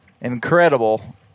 incredible